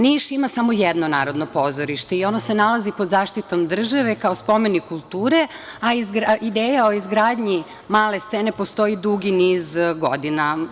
Niš ima samo jedno Narodno pozorište i ono se nalazi pod zaštitom države kao spomenik kulture, a ideja o izgradnji male scene postoji dugi niz godina.